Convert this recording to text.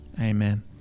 Amen